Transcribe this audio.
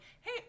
hey